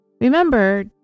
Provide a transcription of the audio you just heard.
Remember